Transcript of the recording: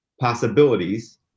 possibilities